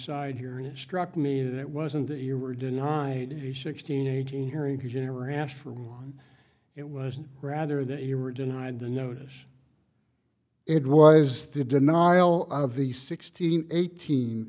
side here in a struct me and it wasn't that you were denied a sixteen eighteen hearing because you never asked for one it was rather that you were denied the notice it was the denial of the sixteen eighteen